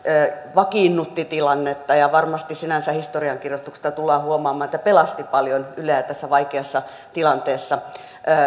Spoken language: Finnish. vakiinnutti tilannetta ja varmasti sinänsä historiankirjoituksesta tullaan huomaamaan pelasti paljon yleä tässä vaikeassa tilanteessa